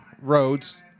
roads